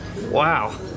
Wow